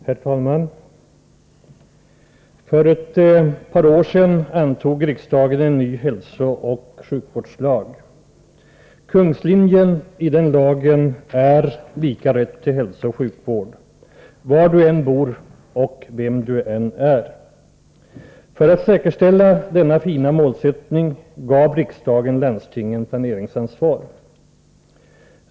Herr talman! För ett par år sedan antog riksdagen en ny hälsooch sjukvårdslag. Kungslinjen i den lagen är lika rätt till hälsooch sjukvård — var du än bor och vem du än är. För att säkerställa denna fina målsättning gav riksdagen landstingen planeringsansvar.